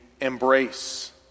embrace